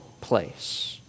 place